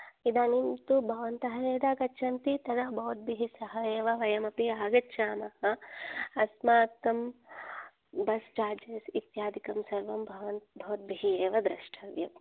इदानीं तु भवन्तः यदा गच्छन्ति तदा भवद्भिः सह एव वयमपि आगच्छामः अस्माकं बस् चार्जस् इत्यादिकं सर्वं भव भवद्भिः एव द्रष्तव्यं